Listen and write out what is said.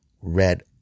red